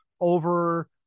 over